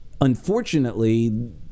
unfortunately